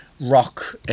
Rock